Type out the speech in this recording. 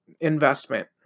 investment